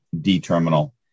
D-terminal